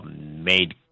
made